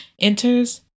enters